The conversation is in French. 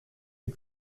les